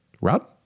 Rob